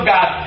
God